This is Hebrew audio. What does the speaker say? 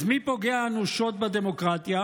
אז מי פוגע אנושות בדמוקרטיה,